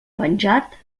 penjat